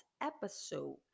episode